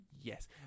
Yes